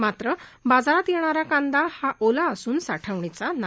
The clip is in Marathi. मात्र बाजारात येणारा हा कांदा ओला असून साठवणीचा नाही